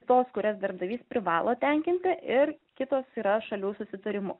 tos kurias darbdavys privalo tenkinti ir kitos yra šalių susitarimu